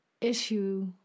issue